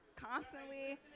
constantly